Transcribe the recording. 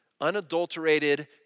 unadulterated